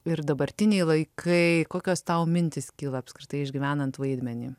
ir dabartiniai laikai kokios tau mintys kyla apskritai išgyvenant vaidmenį